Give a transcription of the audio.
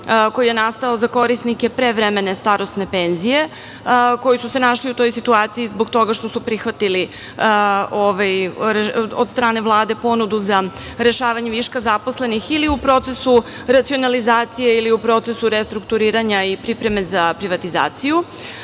koji je nastao za korisnike prevremene starosne penzije, koji su se našli u toj situaciji zbog toga što su prihvatili od strane Vlade ponudu za rešavanje viška zaposlenih ili u procesu racionalizacije ili u procesu restrukturiranja i pripreme za privatizaciju.